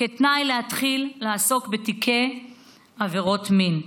כתנאי להתחיל לעסוק בתיקי עבירות מין.